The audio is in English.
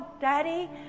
daddy